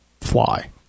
fly